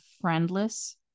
friendless